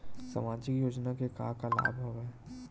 सामाजिक योजना के का का लाभ हवय?